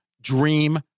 dream